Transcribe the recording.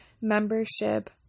membership